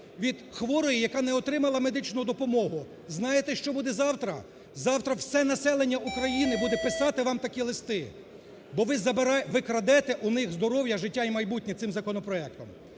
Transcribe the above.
від хворої, яка не отримала медичну допомогу. Знаєте, що буде завтра? Завтра все населення України буде писати вам такі листи, бо ви забираєте… ви крадете у них здоров'я, життя і майбутнє цим законопроектом.